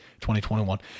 2021